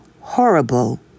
horrible